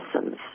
essence